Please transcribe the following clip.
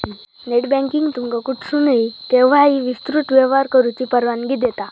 net banking तुमका कुठसूनही, केव्हाही विस्तृत व्यवहार करुची परवानगी देता